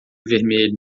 vermelho